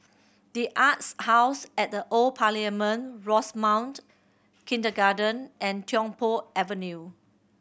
The Arts House at the Old Parliament Rosemount Kindergarten and Tiong Poh Avenue